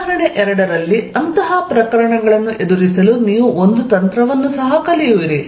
ಉದಾಹರಣೆ 2 ರಲ್ಲಿ ಅಂತಹ ಪ್ರಕರಣಗಳನ್ನು ಎದುರಿಸಲು ನೀವು ಒಂದು ತಂತ್ರವನ್ನು ಸಹ ಕಲಿಯುವಿರಿ